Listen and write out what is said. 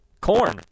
Corn